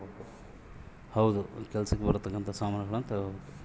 ಹೊಲಕ್ ಸಮಾನ ತಗೊಬೆಕಾದ್ರೆ ನಮಗ ಕೆಲಸಕ್ ಬರೊವ್ ಅಂತ ಸಮಾನ್ ತೆಗೊಬೆಕು